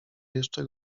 jeszcze